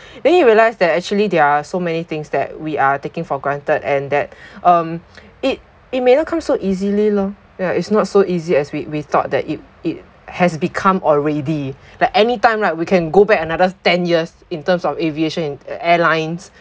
then you realise that actually there are so many things that we are taking for granted and that um it it may not come so easily lor ya it's not so easy as we we thought that it it has become already like anytime right we can go back another ten years in terms of aviation airlines